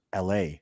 LA